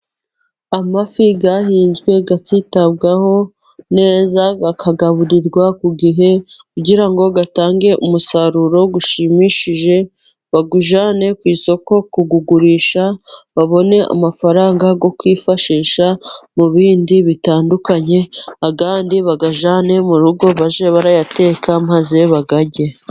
Amafi yahinzwe akitabwaho neza, akagaburirwa ku gihe kugira ngo atange umusaruro ushimishije, bawujyane ku isoko kuwugurisha, babone amafaranga yo kwifashisha mu bindi bitandukanye, ayandi bayajyane mu rugo bajye bayateka maze bayarye.